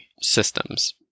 systems